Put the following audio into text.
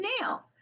now